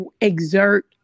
exert